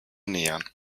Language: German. nähern